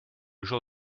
jour